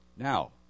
Now